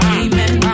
amen